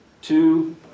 two